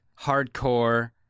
hardcore